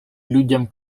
людям